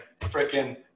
freaking